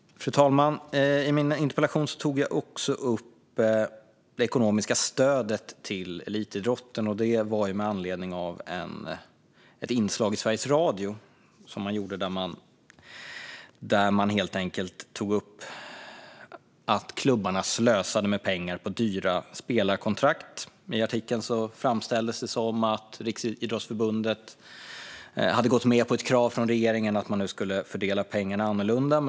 Fru talman! I min interpellation tog jag också upp det ekonomiska stödet till elitidrotten. Det var med anledning av ett inslag i Sveriges Radio, där man tog upp att klubbarna slösade pengar på dyra spelarkontrakt. I artikeln framställdes det som att Riksidrottsförbundet hade gått med på ett krav från regeringen att nu fördela pengarna annorlunda.